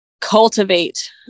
cultivate